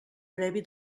previ